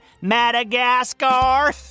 Madagascar